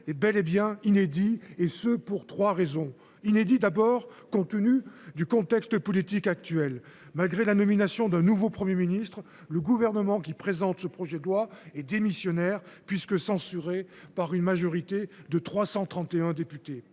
est bel et bien inédit, et cela pour trois raisons. Tout d’abord, il l’est compte tenu du contexte politique. Malgré la nomination d’un nouveau Premier ministre, le Gouvernement qui présente le présent projet de loi est démissionnaire, car il a été censuré par une majorité de 331 députés.